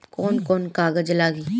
कौन कौन कागज लागी?